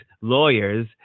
lawyers